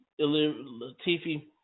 Latifi